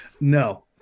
no